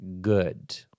good